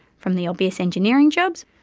from the obvious engineering jobs